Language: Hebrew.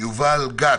יובל גת,